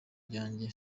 ryanjye